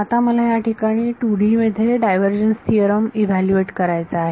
आता मला या ठिकाणी 2D मध्ये डायव्हर्जन्स थिओरम इव्हॅल्यूएट करायचा आहे